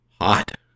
Hot